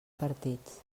partits